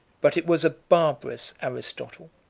but it was a barbarous aristotle